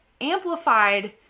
amplified